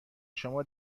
شما